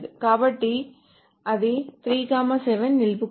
కాబట్టి అది 3 7 నిలుపుకోవాలి